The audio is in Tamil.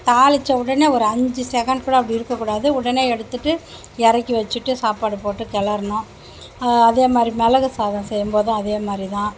தாளித்த உடனே ஒரு அஞ்சு செகண்ட் கூட அப்படி இருக்கக்கூடாது உடனே எடுத்துவிட்டு இறக்கி வச்சுட்டு சாப்பாடு போட்டு கிளறணும் அதே மாதிரி மிளகு சாதம் செய்யும்போதும் அதே மாதிரிதான்